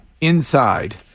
inside